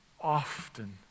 often